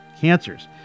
cancers